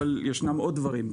אבל ישנם עוד דברים.